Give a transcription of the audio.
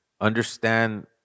understand